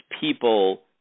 people